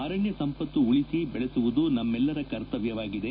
ಅರಣ್ಯ ಸಂಪತ್ತು ಉಳಿಸಿ ಬೆಳೆಸುವುದು ನಮ್ಮೆಲ್ಲರ ಕರ್ತವ್ಯವಾಗಿದೆ